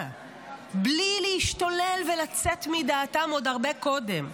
בלי להשתולל ולצאת מדעתן עוד הרבה קודם.